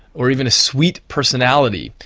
or even a sweet personality,